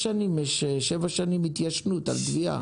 שבע שנים התיישנות על תביעה,